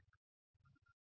ठीक है